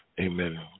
Amen